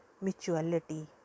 mutuality